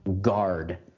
guard